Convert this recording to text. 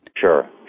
Sure